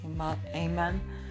amen